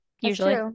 usually